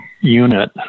unit